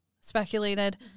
speculated